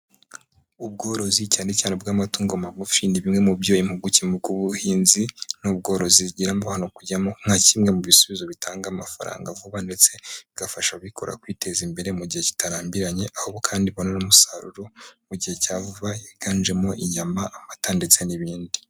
Ubworozi cyane cyane ubw'amatungo magufi, ni bimwe mu byo impuguke mu by'ubuhinzi n'ubworozi zigiramo abantu kujyamo, nka kimwe mu bisubizo bitanga amafaranga vuba, ndetse bigafasha abikorera kwiteza imbere mu gihe kitarambiranye, aho kandi babona n'umusaruro mu gihe cya vuba, higanjemo inyama, amata, ndetse n'ibindi.